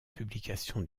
publication